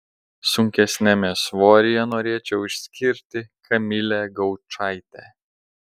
sunkesniame svoryje norėčiau išskirti kamilę gaučaitę